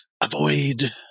avoid